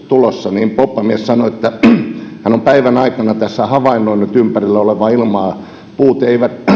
tulossa poppamies sanoi että hän on päivän aikana tässä havainnoinut ympärillä olevaa ilmaa puut eivät